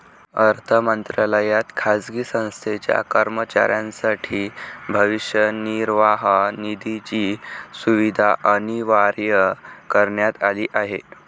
अर्थ मंत्रालयात खाजगी संस्थेच्या कर्मचाऱ्यांसाठी भविष्य निर्वाह निधीची सुविधा अनिवार्य करण्यात आली आहे